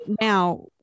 Now